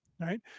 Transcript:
Right